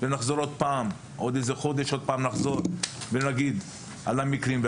ונחזור אליה עוד פעם עוד חודש ונגיד על המקרים.